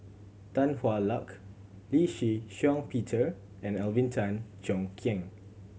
Tan Hwa Luck Lee Shih Shiong Peter and Alvin Tan Cheong Kheng